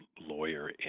lawyer